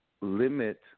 limit